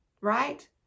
Right